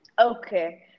okay